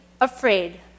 afraid